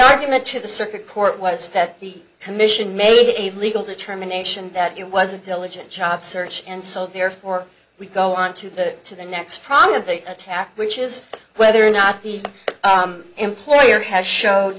argument to the circuit court was that the commission made a legal determination that it was a diligent job search and so therefore we go on to the to the next problem of the attack which is whether or not the employer has show